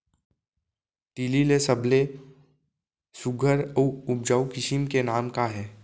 तिलि के सबले सुघ्घर अऊ उपजाऊ किसिम के नाम का हे?